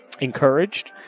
encouraged